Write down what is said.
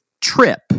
trip